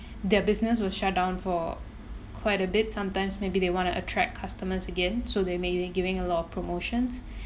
their business was shut down for quite a bit sometimes maybe they want to attract customers again so they may be giving a lot of promotions